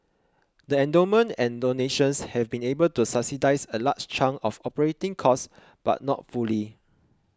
the endowments and donations have been able to subsidise a large chunk of operating costs but not fully